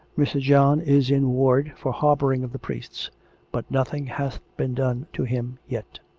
mr. john is in ward, for harbouring of the priests but nothing hath been done to him yet.